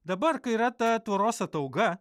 dabar kai yra ta tvoros atauga